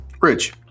Rich